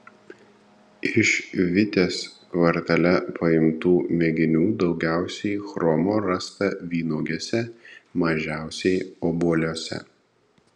iš vitės kvartale paimtų mėginių daugiausiai chromo rasta vynuogėse mažiausiai obuoliuose